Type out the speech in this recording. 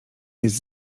jest